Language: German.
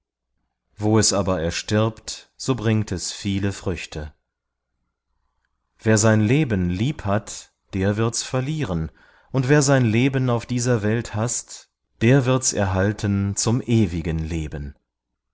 wo es aber erstirbt so bringt es viele früchte wer sein leben liebhat der wird's verlieren und wer sein leben auf dieser welt haßt der wird's erhalten zum ewigen leben